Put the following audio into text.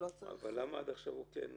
אבל למה עד עכשיו הוא כן נהנה?